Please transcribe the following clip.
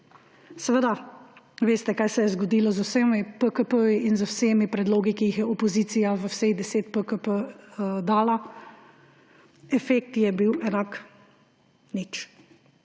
Seveda veste, kaj se je zgodilo z vsemi PKP in z vsemi predlogi, ki jih je opozicija v vseh 10 PKP dala. Efekt je bil enak nič.